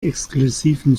exklusiven